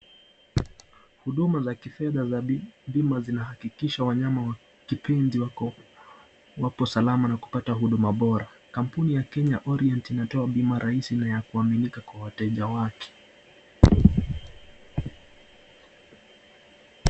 Huduma za kifedha za bima zinahakikisha wanyama wa kipenzi wapo salama na kupata huduma bora. Kampuni ya Kenya Orient inatoa bima rahisi na ya kuaminika kwa wateja wake.